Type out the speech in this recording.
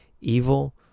evil